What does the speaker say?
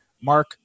Mark